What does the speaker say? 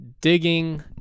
Digging